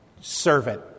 servant